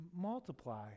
multiply